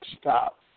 stop